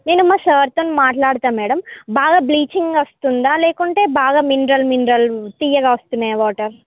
నేను మా సార్ తోని మాట్లాడతా మేడం బాగా బ్లీచింగ్ వస్తుందా లేకుంటే బాగా మినరల్ మినరల్ తియ్యగా వస్తున్నాయా వాటర్